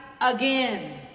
again